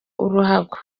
uruhago